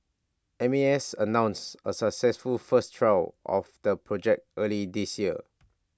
M A S announced A successful first trial of the project early this year